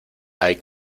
hay